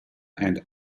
and